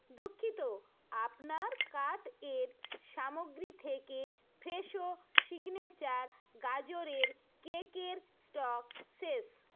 দুঃখিত আপনার কার্ট এর সামগ্রী থেকে ফ্রেশো সিগনেচার গাজরের কেকের স্টক শেষ